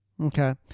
Okay